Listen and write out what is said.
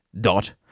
dot